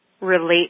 relate